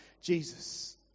Jesus